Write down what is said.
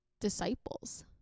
disciples